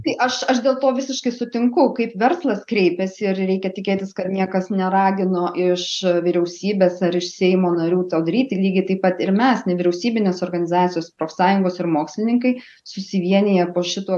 tai aš aš dėl to visiškai sutinku kaip verslas kreipiasi ir reikia tikėtis kad niekas neragino iš vyriausybės ar iš seimo narių to daryti lygiai taip pat ir mes nevyriausybinės organizacijos profsąjungos ir mokslininkai susivieniję po šitu